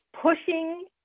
pushing